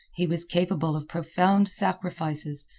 he was capable of profound sacrifices,